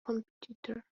competitor